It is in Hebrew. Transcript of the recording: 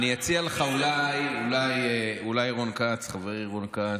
אולי חברי רון כץ,